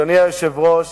אדוני היושב-ראש,